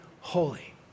holy